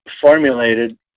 formulated